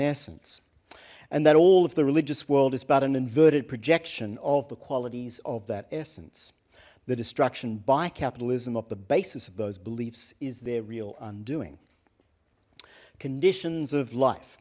essence and that all of the religious world is about an inverted projection of the qualities of that essence the destruction by capitalism of the basis of those beliefs is their real undoing conditions of life